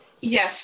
Yes